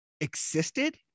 existed